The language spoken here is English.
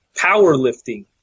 powerlifting